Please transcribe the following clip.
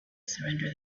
surrender